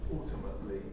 Ultimately